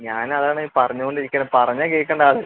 ഞാൻ അതാണ് പറഞ്ഞുകൊണ്ട് ഇരിക്കുന്നത് പറഞ്ഞാൽ കേൾക്കണ്ടേ ആൾ